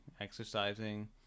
exercising